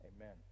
Amen